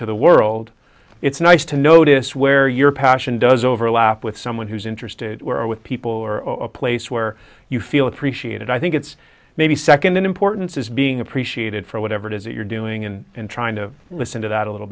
to the world it's nice to notice where your passion does overlap with someone who's interested where with people or a place where you feel appreciated i think it's maybe second in importance is being appreciated for whatever it is that you're doing and in trying to listen to that a little